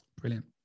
Brilliant